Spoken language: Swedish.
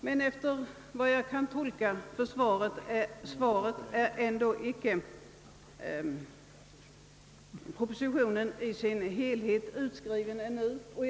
Men efter vad jag kan tolka ut av svaret är propositionen i sin helhet ännu inte utskriven.